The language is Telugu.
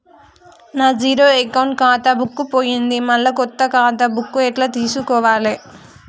నా జీరో అకౌంట్ ఖాతా బుక్కు పోయింది మళ్ళా కొత్త ఖాతా బుక్కు ఎట్ల తీసుకోవాలే?